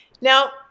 Now